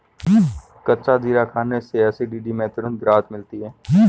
कच्चा जीरा खाने से एसिडिटी में तुरंत राहत मिलती है